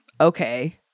okay